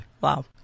Wow